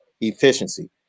efficiency